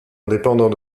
indépendant